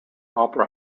opera